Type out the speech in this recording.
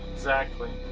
exactly.